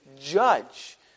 judge